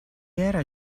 era